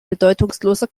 bedeutungsloser